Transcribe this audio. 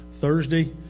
Thursday